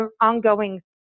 ongoing